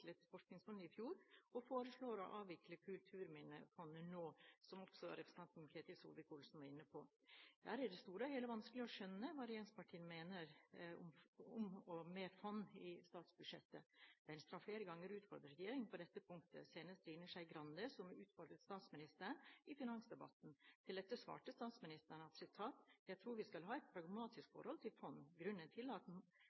fjor og foreslår å avvikle Kulturminnefondet nå, som også representanten Ketil Solvik-Olsen var inne på. Det er i det store og hele vanskelig å skjønne hva regjeringspartiene mener om og med fond i statsbudsjettet. Venstre har flere ganger utfordret regjeringen på dette punktet; senest Trine Skei Grande, som utfordret statsministeren i finansdebatten. Til dette svarte statsministeren: «Jeg tror vi skal ha et pragmatisk